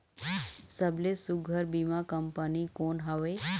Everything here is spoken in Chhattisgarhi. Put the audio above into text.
सबले सुघ्घर बीमा कंपनी कोन हवे?